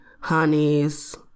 honeys